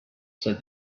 said